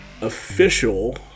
official